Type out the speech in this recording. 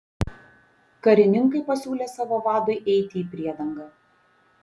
karininkai pasiūlė savo vadui eiti į priedangą